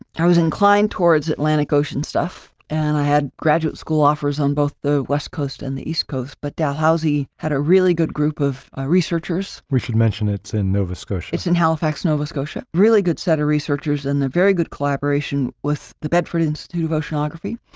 i was inclined towards atlantic ocean stuff, and i had graduate school offers on both the west coast and the east coast. but dalhousie had a really good group of ah researchers. we should mention it's in nova scotia. it's in halifax, nova scotia a really good set of researchers and a very good collaboration with the bedford institute of oceanography.